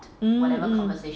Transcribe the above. mmhmm